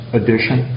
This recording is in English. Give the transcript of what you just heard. edition